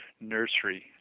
nursery